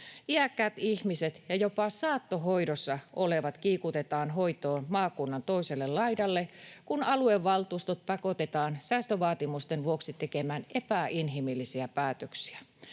Iäkkäät ihmiset ja jopa saattohoidossa olevat kiikutetaan hoitoon maakunnan toiselle laidalle, kun aluevaltuustot pakotetaan säästövaatimusten vuoksi tekemän epäinhimillisiä päätöksiä.